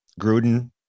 Gruden